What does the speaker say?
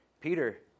Peter